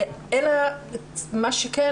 מה שכן,